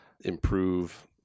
improve